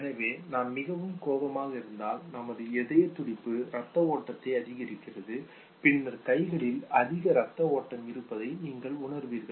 எனவே நாம் மிகவும் கோபமாக இருந்தால் நம் இதயத்துடிப்பு இரத்த ஓட்டத்தை அதிகரிக்கிறது பின்னர் கைகளில் அதிக இரத்த ஓட்டம் இருப்பதை நீங்கள் உணர்வீர்கள்